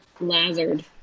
Lazard